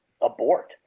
abort